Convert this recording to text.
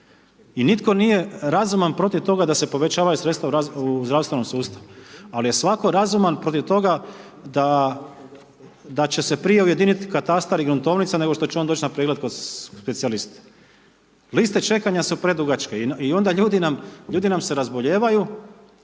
I nitko nije razuman protiv toga da se povećavaju sredstva u zdravstvenom sustavu, ali je svatko razuman protiv toga da će se prije ujediniti katastar i gruntovnica nego što će on doći na pregled kod specijaliste. Liste čekanja su predugačke i onda ljudi nam, ljudi nam se razbolijevaju,